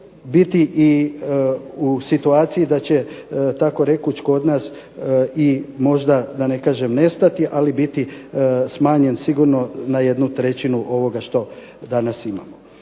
biti i u situaciji da će tako rekuć kod nas i možda da ne kažem nestati, ali biti smanjen sigurno na 1/3 ovoga što danas imamo.